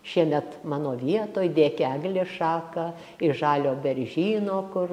šiemet mano vietoj dėk eglės šaką iš žalio beržyno kur